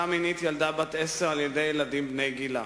מינית ילדה בת עשר על-ידי ילדים בני גילה.